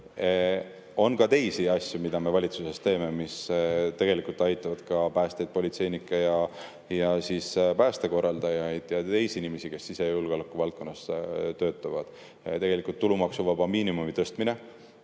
On ka teisi asju, mida me valitsuses teeme ja mis tegelikult aitavad ka päästjaid, politseinikke, päästekorraldajaid ja teisi inimesi, kes sisejulgeoleku valdkonnas töötavad. Näiteks tulumaksuvaba miinimumi tõstmine.